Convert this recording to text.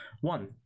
One